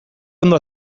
ondo